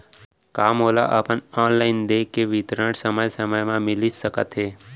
का मोला अपन ऑनलाइन देय के विवरण समय समय म मिलिस सकत हे?